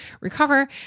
recover